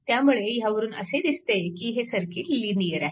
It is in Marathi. त्यामुळे ह्यावरून असे दिसते की हे सर्किट लिनिअर आहे